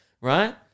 right